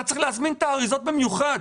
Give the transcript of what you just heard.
אתה צריך להזמין את האריזות במיוחד.